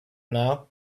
now